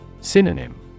Synonym